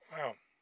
Wow